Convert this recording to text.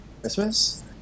Christmas